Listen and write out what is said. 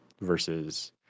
versus